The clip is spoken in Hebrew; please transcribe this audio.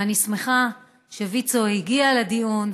ואני שמחה שוויצ"ו הגיעה לדיון,